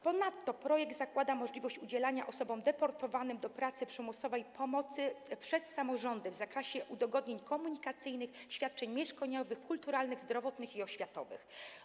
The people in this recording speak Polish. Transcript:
Ponadto projekt zakłada możliwość udzielania osobom deportowanym do pracy przymusowej pomocy przez samorządy w zakresie udogodnień komunikacyjnych, świadczeń mieszkaniowych, kulturalnych, zdrowotnych i oświatowych.